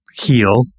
heal